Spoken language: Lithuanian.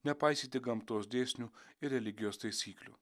nepaisyti gamtos dėsnių ir religijos taisyklių